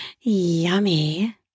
yummy